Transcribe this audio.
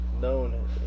known